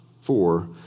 four